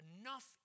enough